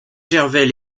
gervais